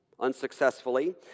unsuccessfully